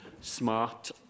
smart